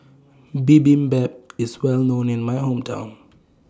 Bibimbap IS Well known in My Hometown